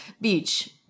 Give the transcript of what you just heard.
beach